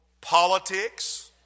politics